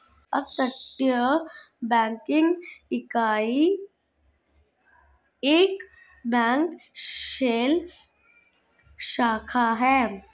अपतटीय बैंकिंग इकाई एक बैंक शेल शाखा है